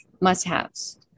must-haves